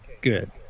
good